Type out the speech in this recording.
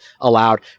allowed